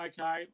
Okay